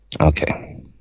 Okay